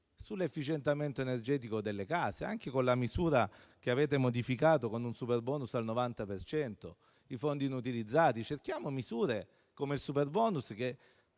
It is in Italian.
sull'efficientamento energetico delle case, anche con la misura che avete modificato, con un superbonus al 90 per cento. Cerchiamo misure, come il superbonus, che